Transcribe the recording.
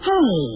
Hey